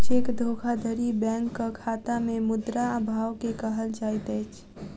cheque धोखाधड़ी बैंकक खाता में मुद्रा अभाव के कहल जाइत अछि